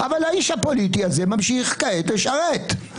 אבל האיש הפוליטי הזה ממשיך כעת לשרת.